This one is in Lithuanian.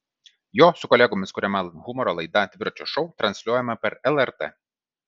jo su kolegomis kuriama humoro laida dviračio šou transliuojama per lrt